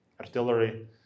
artillery